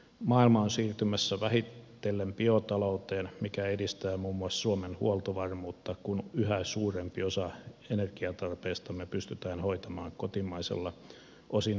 maailma on siirtymässä vähitellen biotalouteen mikä edistää muun muassa suomen huoltovarmuutta kun yhä suurempi osa energiantarpeestamme pystytään hoitamaan kotimaisella osin metsäpohjaisella bioenergialla